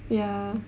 ya